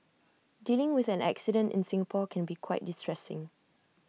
dealing with an accident in Singapore can be quite distressing